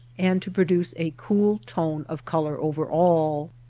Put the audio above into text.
and to produce a cool tone of color over all.